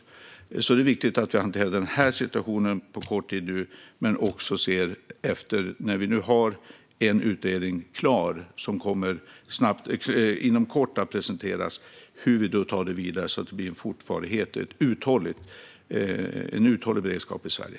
Nu är det viktigt att vi hanterar denna situation på kort tid och att vi, när vi nu har en utredning klar som kommer att presenteras inom kort, ser hur vi kan ta det vidare så att det blir en uthållig beredskap i Sverige.